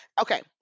okay